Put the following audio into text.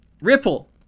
Ripple